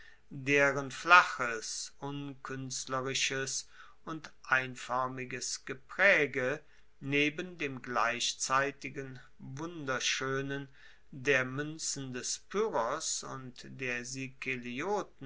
deren flaches unkuenstlerisches und einfoermiges gepraege neben dem gleichzeitigen wunderschoenen der muenzen des pyrrhos und der